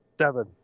Seven